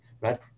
right